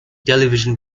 television